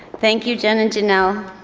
thank you jen and janelle,